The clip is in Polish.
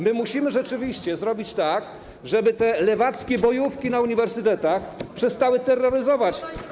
Musimy rzeczywiście zrobić tak, żeby te lewackie bojówki na uniwersytetach przestały terroryzować.